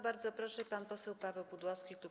Bardzo proszę, pan poseł Paweł Pudłowski, klub